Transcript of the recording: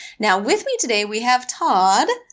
now with me today we have todd.